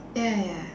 ya ya ya